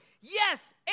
Yes